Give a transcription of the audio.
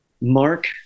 Mark